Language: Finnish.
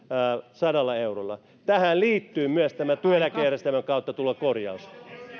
sadalla eurolla tähän liittyy myös tämä työeläkejärjestelmän kautta tuleva korjaus